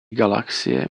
galaxie